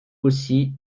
aussi